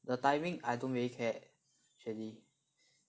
the timing I don't really care actually